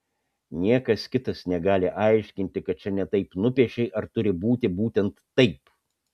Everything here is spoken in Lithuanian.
niekas kitas negali aiškinti kad čia ne taip nupiešei ar turi būti būtent taip